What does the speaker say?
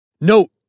Note